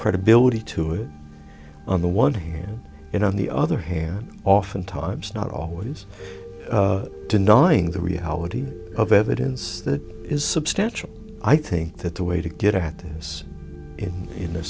credibility to it on the one hand and on the other hand often times not always denying the reality of evidence that is substantial i think that the way to get